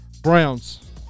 Browns